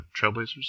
trailblazers